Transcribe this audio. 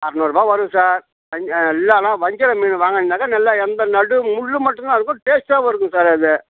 அறநூறுபா வரும் சார் வஞ் இல்லைன்னா வஞ்சிரம் மீன் வாங்கனீங்கன்னாக்கா நல்லா எந்த நடு முள்ளு மட்டும் தான் இருக்கும் டேஸ்ட்டாகவும் இருக்கும் சார் அது